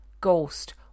ghost